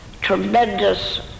tremendous